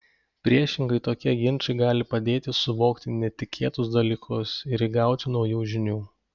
priešingai tokie ginčai gali padėti suvokti netikėtus dalykus ir įgauti naujų žinių